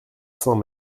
cents